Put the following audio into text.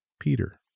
Peter